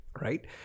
Right